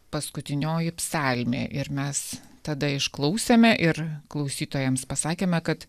paskutinioji psalmė ir mes tada išklausėme ir klausytojams pasakėme kad